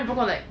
ya